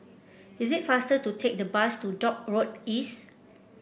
it is faster to take the bus to Dock Road East